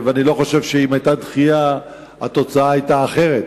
אני לא חושב שאם היתה דחייה התוצאה היתה אחרת.